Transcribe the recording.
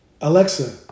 Alexa